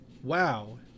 wow